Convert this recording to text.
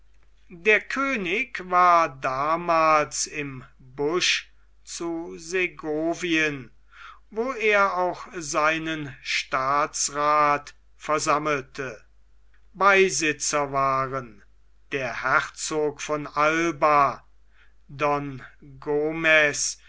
der könig war damals im busch zu segovien wo er auch seinen staatsrath versammelte beisitzer waren der herzog von alba don gomez